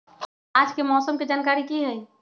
आज के मौसम के जानकारी कि हई?